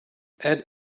add